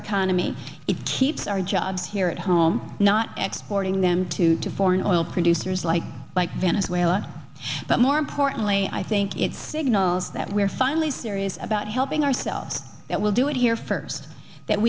economy it keeps our jobs here at home not exploiting them to to foreign oil producers like like venezuela but more importantly i think it signals that we're finally serious about helping ourselves that will do it here first that